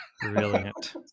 Brilliant